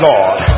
Lord